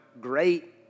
great